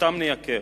אותם נייקר,